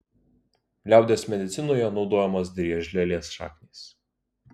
liaudies medicinoje naudojamos driežlielės šaknys